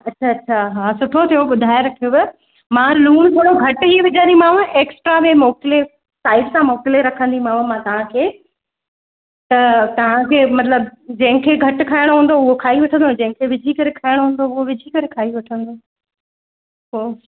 अच्छा अच्छा हा सुठो थियो ॿुधाए रखियव मां लूणु थोरो घटि ई विझंदीमांव एक्स्ट्रा में मोकिले साइड मां मोकिले रखंदीमांव मां तव्हांखे त तव्हांखे मतलबु जंहिंखे घटि खाइणो हूंदो उहा खाई वठंदो जंहिंखे विझी करे खाइणो हूंदो उहो विझी करे खाई वठंदो पोइ